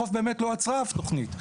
הולחו"ף באמת לא עצרה אף תוכנית,